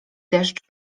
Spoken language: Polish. deszcz